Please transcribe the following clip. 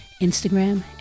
Instagram